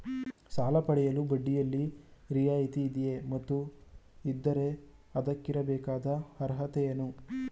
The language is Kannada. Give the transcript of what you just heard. ಸಾಲ ಪಡೆಯಲು ಬಡ್ಡಿಯಲ್ಲಿ ರಿಯಾಯಿತಿ ಇದೆಯೇ ಮತ್ತು ಇದ್ದರೆ ಅದಕ್ಕಿರಬೇಕಾದ ಅರ್ಹತೆ ಏನು?